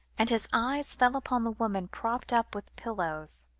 and his eyes fell upon the woman propped up with pillows,